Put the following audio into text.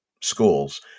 schools